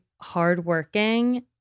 hardworking